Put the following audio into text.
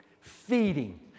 feeding